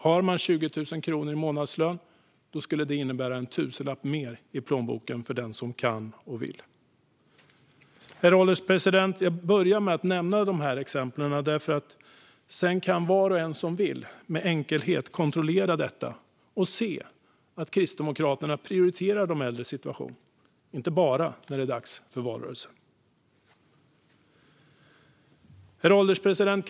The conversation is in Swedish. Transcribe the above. Har man 20 000 kronor i månadslön skulle det innebära en tusenlapp mer i plånboken för den som kan och vill. Herr ålderspresident! Jag börjar med att nämna dessa exempel så att var och en som vill sedan med enkelhet kan kontrollera detta och se att Kristdemokraterna prioriterar de äldres situation, inte bara när det är dags för valrörelse. Herr ålderspresident!